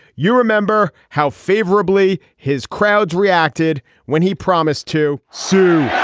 you remember how favorably his crowds reacted when he promised to sue